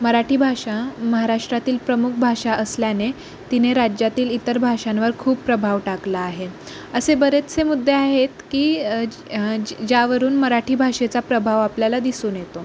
मराठी भाषा महाराष्ट्रातील प्रमुख भाषा असल्याने तिने राज्यातील इतर भाषांवर खूप प्रभाव टाकला आहे असे बरेचसे मुद्दे आहेत की ज ज्यावरून मराठी भाषेचा प्रभाव आपल्याला दिसून येतो